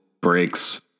breaks